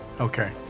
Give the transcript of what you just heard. Okay